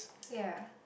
ya